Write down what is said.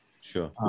Sure